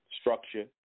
structure